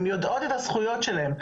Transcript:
הן יודעות את הזכויות שלהן.